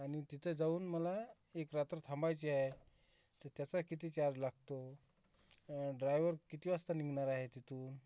आणि तिथे जाऊन मला एक रात्र थांबायची आहे तर त्याचा किती चार्ज लागतो ड्रायवर किती वाजता निघणार आहे तिथून